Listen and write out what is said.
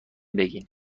بگین